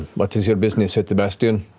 what is your business at the bastion?